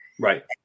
Right